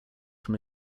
from